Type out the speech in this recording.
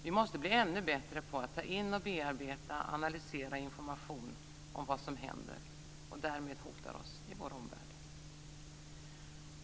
Vi måste bli ännu bättre på att ta in, bearbeta och analysera information om vad som händer och som därmed hotar oss i vår omvärld.